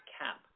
cap